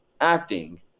acting